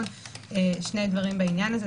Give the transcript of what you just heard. שני דברים בעניין הזה.